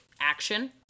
action